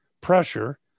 pressure